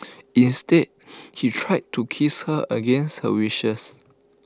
instead he tried to kiss her against her wishes